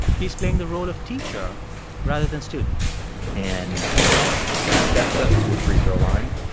he's playing the role of teacher rather than student and i stepped up to a free-throw line.